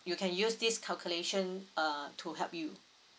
you can use this calculation uh to help you